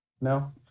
No